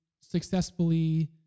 successfully